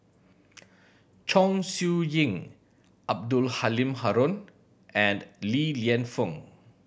Chong Siew Ying Abdul Halim Haron and Li Lienfung